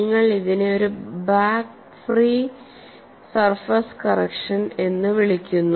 നിങ്ങൾ ഇതിനെ ഒരു ബാക്ക് ഫ്രീ സർഫസ് കറക്ഷൻ എന്ന് വിളിക്കുന്നു